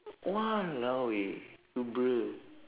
!walao! eh you bruh